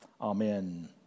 Amen